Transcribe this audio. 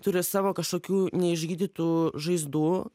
turi savo kažkokių neišgydytų žaizdų